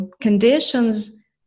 conditions